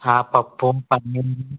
పప్పు పన్నీరు